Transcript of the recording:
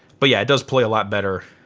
but yeah it does play a lot better.